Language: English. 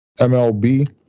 MLB